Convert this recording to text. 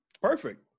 perfect